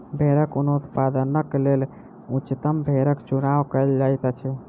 भेड़क ऊन उत्पादनक लेल उच्चतम भेड़क चुनाव कयल जाइत अछि